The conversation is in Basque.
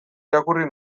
irakurri